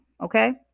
Okay